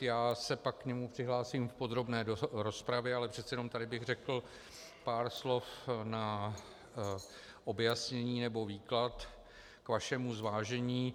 Já se pak k němu přihlásím v podrobné rozpravě, ale přece jenom tady bych řekl pár slov na objasnění nebo výklad k vašemu zvážení.